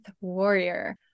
warrior